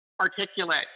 articulate